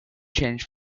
change